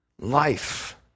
Life